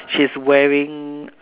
she's wearing